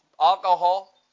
alcohol